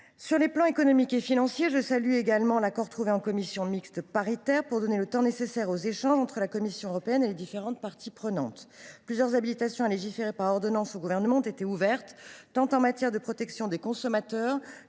Sur les plans économique et financier, je salue l’accord trouvé en commission mixte paritaire pour donner le temps nécessaire aux échanges entre la Commission européenne et les différentes parties prenantes. Plusieurs habilitations à légiférer par ordonnance sont données au Gouvernement, en matière tant de protection des consommateurs